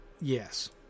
Yes